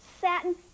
satin